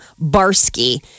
Barsky